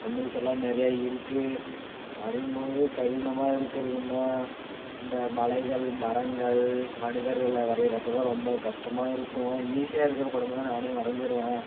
மெமரிசெல்லான் நிறையா இருக்கு வரையும்போது கடினமாக இருக்கறதுனால் இந்த மலைகள் மரங்கள் மனிதர்களை வரைகிறப்பதான் ரொம்ப கஷ்டமாக இருக்கும் ஈஸியாக இருக்கிற படமெல்லாம் நானே வரைஞ்சிடுவேன்